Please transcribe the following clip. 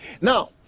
Now